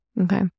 Okay